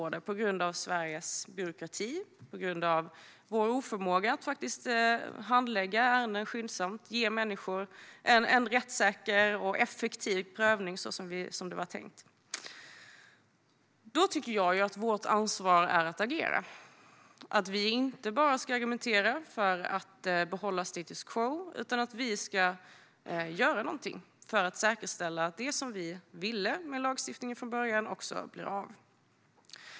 Och det sker på grund av Sveriges byråkrati och på grund av vår oförmåga att handlägga ärenden skyndsamt och ge människor en rättssäker och effektiv prövning så som det var tänkt. Jag tycker att vårt ansvar är att agera. Vi ska inte bara argumentera för att behålla status quo, utan vi ska göra något för att säkerställa att det vi från början ville med lagstiftningen också blir av.